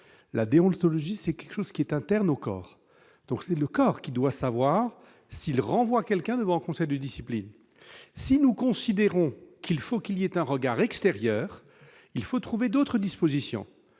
la déontologie, c'est quelque chose qui est interne au corps, donc c'est le corps qui doit savoir s'il renvoie quelqu'un en conseil de discipline, si nous considérons qu'il faut qu'il y a un regard extérieur, il faut trouver d'autres dispositions